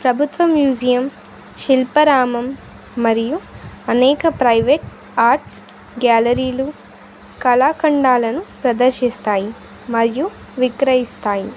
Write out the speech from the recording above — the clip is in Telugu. ప్రభుత్వ మ్యూజియం శిల్పారామం మరియు అనేక ప్రైవేట్ ఆర్ట్ గ్యాలరీలు కళాఖండాలను ప్రదర్శిస్తాయి మరియు విక్రయిస్తాయి